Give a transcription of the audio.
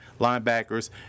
linebackers